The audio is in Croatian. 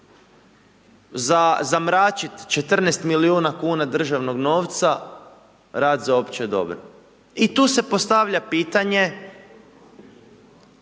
za zamračit 14 milijuna kuna državnog novca, rad za opće dobro i tu se postavlja pitanje